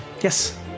Yes